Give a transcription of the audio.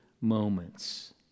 moments